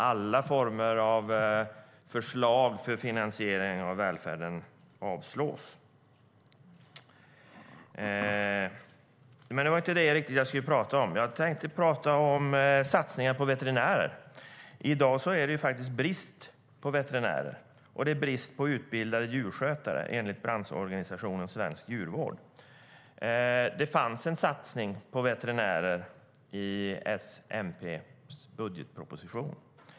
Alla former av förslag till finansiering av välfärden avslås. Jag tänkte egentligen inte tala om det utan om satsningar på veterinärer. I dag är det brist på veterinärer och utbildade djurskötare, enligt branschorganisationen Svensk Djurvård. Det fanns en satsning på veterinärer i S-MP:s budgetproposition.